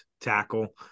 tackle